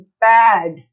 bad